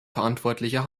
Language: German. verantwortlicher